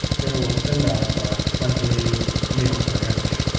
they will send ah us ah a twenty mill syringe.